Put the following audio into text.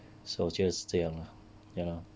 so 我觉得是这样 lah ya